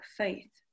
faith